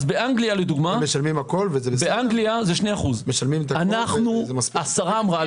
אז באנגליה למשל זה 2%. השרה אמרה לי: